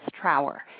Trower